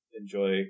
enjoy